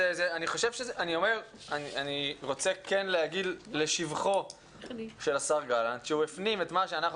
אני רוצה כן להגיד לשבחו של השר גלנט שהוא הפנים את מה שאנחנו